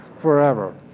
forever